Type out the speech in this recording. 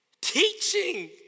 teaching